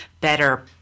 better